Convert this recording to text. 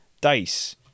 dice